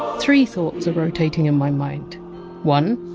three thoughts are rotating in my mind one.